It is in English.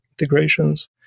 integrations